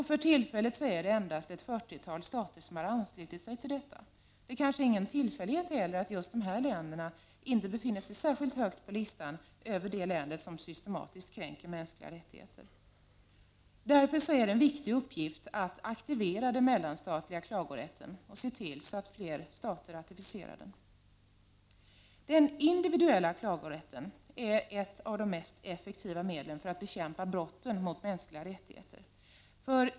För tillfället är det endast ett fyrtiotal stater som har anslutit sig till detta. Det är kanske ingen tillfällighet att just dessa länder inte befinner sig särskilt högt på listan över de länder som systematiskt kränker mänskliga rättigheter. Därför är det en viktig uppgift att aktivera den mellanstatliga klagorätten och se till att fler stater ratificerar den. Den individuella klagorätten är ett av de mest effektiva medlen för att bekämpa brotten mot mänskliga rättigheter.